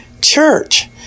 church